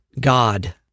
God